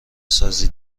سازی